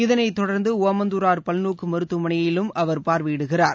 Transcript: அதைத் தொடர்ந்து ஒமந்தூரார் பல்நோக்கு மருத்துவமனையையும் அவர் பார்வையிடுகிறார்